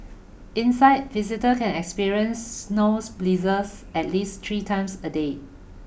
inside visitor can experience snows blizzards at least three times a day